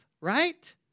right